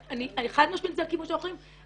חד משמעית זה הכיוון שאנחנו הולכים.